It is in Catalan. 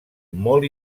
molt